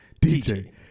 DJ